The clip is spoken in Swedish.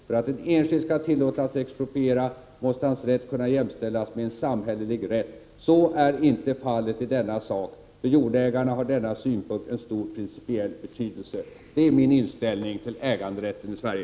För att en enskild skall tillåtas expropriera, måste hans rätt kunna jämställas med en samhällelig rätt. Så är inte fallet i denna sak. För jordägarna har denna synpunkt en stor principiell betydelse.” Det är min inställning till äganderätten i Sverige.